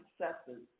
successes